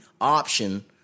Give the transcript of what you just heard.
option